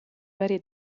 varie